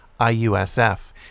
IUSF